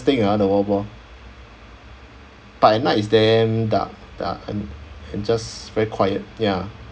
interesting ah the wild boar but at night is damn dark dark and and just very quiet ya